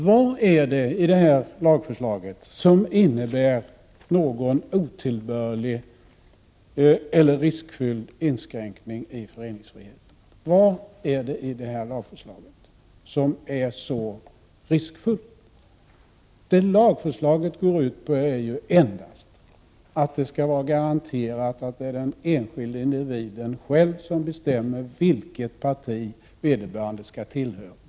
Vad är det i det här lagförslaget som innebär någon otillbörlig inskränkning i föreningsfriheten? Vad är det som är så riskfyllt? Vad det här lagförslaget går ut på är ju endast att det skall vara garanterat att det är den enskilda individen själv som bestämmer vilket parti hon eller han skall tillhöra.